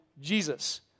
Jesus